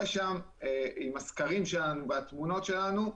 עם הסקרים שלנו ועם התמונות שלנו,